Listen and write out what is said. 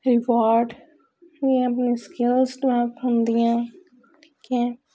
reward ਦੀਆਂ ਆਪਣੀਆਂ skills develop ਹੁੰਦੀਆਂ ਠੀਕ ਹੈ